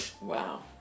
Wow